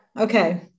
Okay